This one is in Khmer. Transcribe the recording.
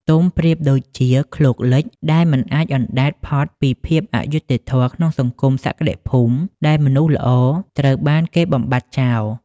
ទុំប្រៀបដូចជា "ឃ្លោកលិច" ដែលមិនអាចអណ្ដែតផុតពីភាពអយុត្តិធម៌ក្នុងសង្គមសក្តិភូមិ ដែលមនុស្សល្អត្រូវបានគេបំបាត់ចោល។